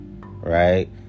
right